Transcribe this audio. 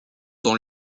dans